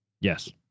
Yes